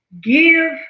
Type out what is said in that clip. give